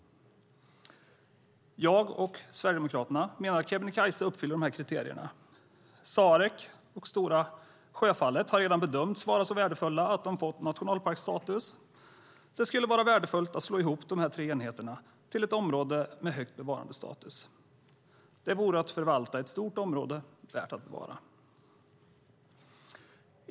Jag och Sverigedemokraterna menar att Kebnekaise uppfyller dessa kriterier. Sarek och Stora Sjöfallet har redan bedömts vara så värdefulla att de fått nationalparksstatus. Det skulle vara värdefullt att slå ihop dessa tre enheter till ett område med hög bevarandestatus. Det vore att förvalta ett stort område värt att bevara.